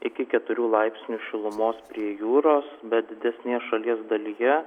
iki keturių laipsnių šilumos prie jūros bet didesnėje šalies dalyje